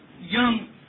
young